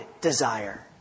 desire